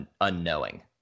unknowing